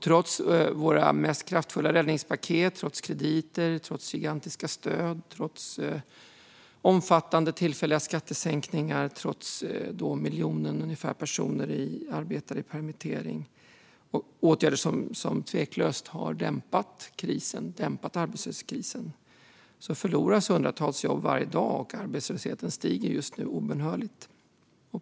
Trots våra mest kraftfulla räddningspaket, krediter, gigantiska stöd, omfattande tillfälliga skattesänkningar och ungefär en miljon arbetare i permittering, det vill säga åtgärder som tveklöst har dämpat arbetslöshetskrisen, förloras hundratals jobb varje dag. Arbetslösheten stiger just nu obönhörligt.